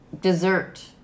dessert